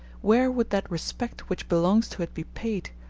where would that respect which belongs to it be paid,